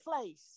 place